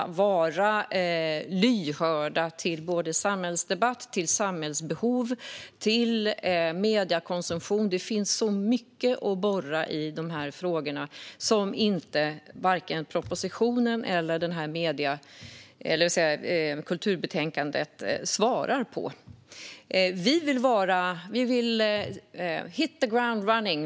Vi vill vara lyhörda inför samhällsdebatt, samhällsbehov och mediekonsumtion. Det finns så mycket att borra i när det gäller dessa frågor som varken propositionen eller kulturbetänkandet svarar på. Vi vill hit the ground running.